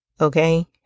Okay